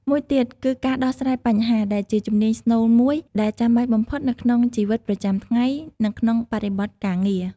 មួយទៀតគឺការដោះស្រាយបញ្ហា ដែលជាជំនាញស្នូលមួយដែលចាំបាច់បំផុតនៅក្នុងជីវិតប្រចាំថ្ងៃ និងក្នុងបរិបទការងារ។